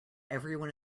everyone